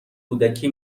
کودکی